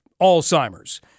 Alzheimer's